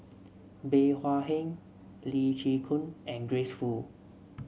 Bey Hua Heng Lee Chin Koon and Grace Fu